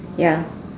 ya